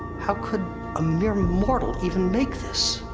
how could a mere mortal even make this?